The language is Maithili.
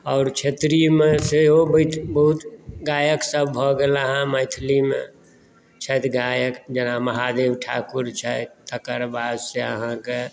आओर क्षेत्रीयमे सेहो बहुत गायक सब भऽ गेलाहे मैथिलीमे छथि गायक जेना महादेव ठाकुर छथि तकर बाद से आहाँकेँ